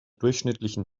durchschnittlichen